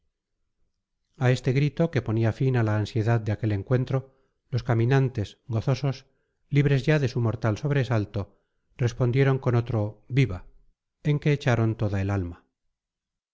a este grito que ponía fin a la ansiedad de aquel encuentro los caminantes gozosos libres ya de su mortal sobresalto respondieron con otro viva en que echaron toda el alma